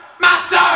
Master